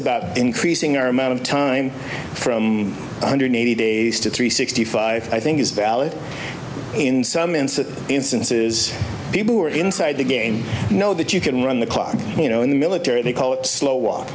about increasing our amount of time from one hundred eighty days to three sixty five i think is valid in some instances instances people who are inside the game know that you can run the clock you know in the military they call it slow w